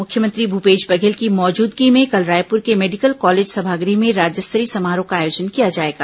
मुख्यमंत्री भूपेश बघेल की मौजूदगी में कल रायपुर के मेडिकल कॉलेज सभागृह में राज्य स्तरीय समारोह का आयोजन किया जाएगा